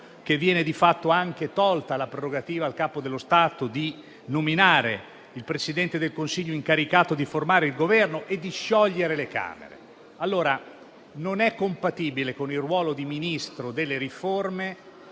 che viene di fatto anche sottratta al Capo dello Stato la prerogativa di nominare il Presidente del Consiglio incaricato di formare il Governo e di sciogliere le Camere. Non è compatibile con il ruolo di Ministro delle riforme